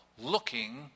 looking